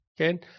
okay